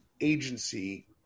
agency